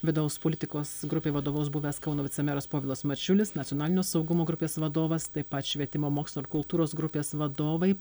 vidaus politikos grupei vadovaus buvęs kauno vicemeras povilas mačiulis nacionalinio saugumo grupės vadovas taip pat švietimo mokslo ir kultūros grupės vadovai